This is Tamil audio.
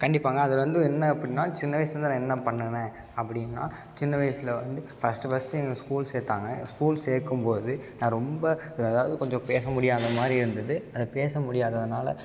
கண்டிப்பாங்க அதில் வந்து என்ன அப்புடின்னா சின்ன வயசுலருந்து நான் என்ன பண்ணுனேன் அப்படின்னா சின்ன வயசில் வந்து ஃபஸ்ட்டு ஃபஸ்ட்டு என்னை ஸ்கூல் சேர்த்தாங்க என்னை ஸ்கூல் சேர்க்கம்போது நான் ரொம்ப அதாவது கொஞ்சம் பேச முடியாதமாதிரி இருந்தது அது பேச முடியாததுனால்